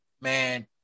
man